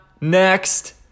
next